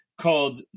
called